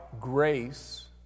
grace